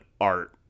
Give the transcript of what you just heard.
art